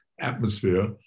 atmosphere